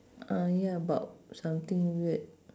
ah ya but something weird